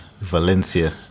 Valencia